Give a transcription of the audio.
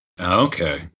okay